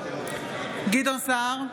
גדעון סער,